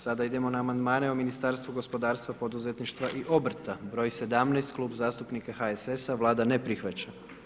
Sada idemo na amandmane o Ministarstvu gospodarstva, poduzetništva i obrta, Klub zastupnika HSS-a, Vlada ne prihvaća.